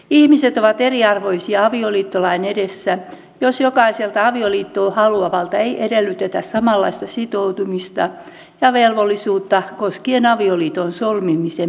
ihmiset ovat eriarvoisia avioliittolain edessä jos jokaiselta avioliittoa haluavalta ei edellytetä samanlaista sitoutumista ja velvollisuutta koskien avioliiton solmimisen menettelyä